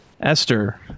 Esther